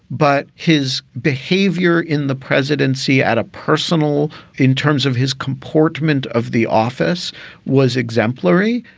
but his behavior in the presidency at a personal in terms of his comportment of the office was exemplary,